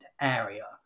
area